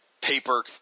Paper